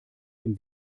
dem